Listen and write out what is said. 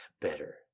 Better